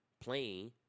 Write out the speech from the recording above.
playing